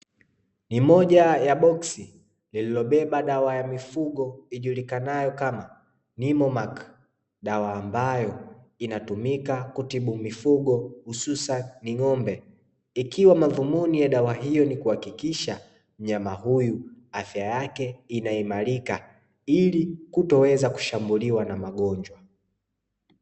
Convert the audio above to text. Ni moja ya boksi lililobeba dawa ya mifugo iitwayo "NIMOMAK" dawa ambayo inatumika kutibu mifugo hususani ng'ombe. Ikiwa ni kuhakikisha mnyama huyu afya yake inaimarika ili kutoweza kuchambuliwa na magonjwa.